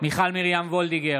מיכל מרים וולדיגר,